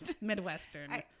Midwestern